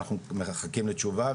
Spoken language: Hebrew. אנחנו מחכים לתשובה,